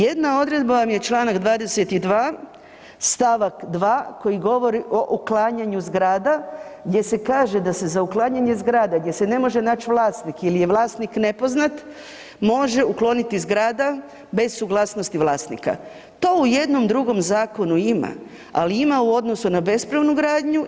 Jedna odredba vam je čl. 22. st. 2. koji govori o uklanjanju zgrada gdje se kaže da se „za uklanjanje zgrade gdje se ne može naći vlasnik ili je vlasnik nepoznat može ukloniti zgrada bez suglasnosti vlasnika“, to u jednom drugom zakonu ima, ali ima u odnosu na bespravnu gradnju.